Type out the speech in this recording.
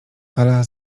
ala